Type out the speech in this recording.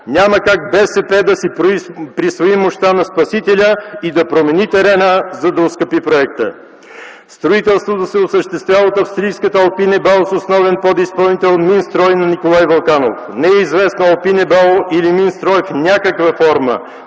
Няма как БСП да си присвои мощта на Спасителя и да промени терена, за да оскъпи проекта! Строителството се осъществява от австрийската „Алпине Бау”, с основен подизпълнител „Минстрой” на Николай Вълканов. Не е известно „Алпине Бау” или „Минстрой” под някаква форма